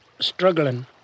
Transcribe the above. struggling